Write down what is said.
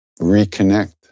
reconnect